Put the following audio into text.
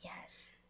Yes